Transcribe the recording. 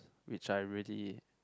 which I really